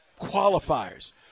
qualifiers